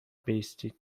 بایستید